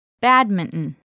Badminton